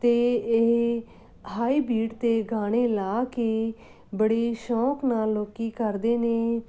ਅਤੇ ਇਹ high beat 'ਤੇ ਗਾਣੇ ਲਾ ਕੇ ਬੜੇ ਸ਼ੌਕ ਨਾਲ ਲੋਕ ਕਰਦੇ ਨੇ